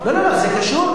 לא לא, זה קשור.